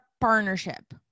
partnership